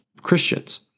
Christians